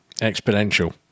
Exponential